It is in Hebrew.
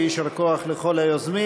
ויישר כוח לכל היוזמים.